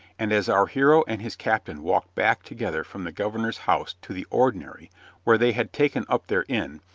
and as our hero and his captain walked back together from the governor's house to the ordinary where they had taken up their inn,